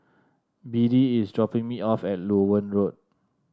Beadie is dropping me off at Loewen Road